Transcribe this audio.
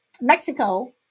Mexico